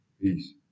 Peace